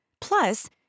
Plus